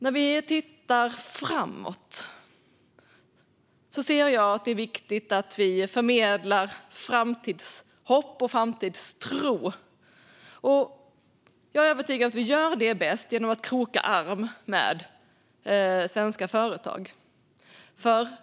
När jag tittar framåt ser jag att det är viktigt att vi förmedlar framtidshopp och framtidstro. Jag är övertygad om att vi gör det bäst genom att kroka arm med svenska företag.